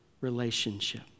relationship